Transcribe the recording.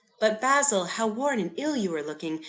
but, basil, how worn and ill you are looking!